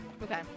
Okay